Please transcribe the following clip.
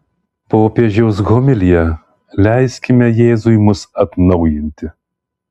popiežiaus homilija leiskime jėzui mus atnaujinti